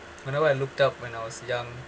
whenever I looked up when I was young